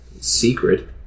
secret